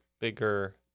bigger